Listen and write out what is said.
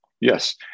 Yes